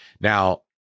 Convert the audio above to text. Now